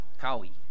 Cowie